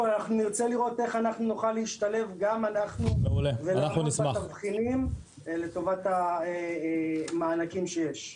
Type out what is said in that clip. לראות איך אנחנו נשתלב גם אנחנו ולעמוד בתבחינים לטובת המענקים שיש.